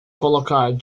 colocar